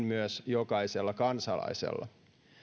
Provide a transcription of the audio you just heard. myös jokaisella kansalaisella